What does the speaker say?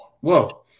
Whoa